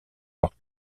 leurs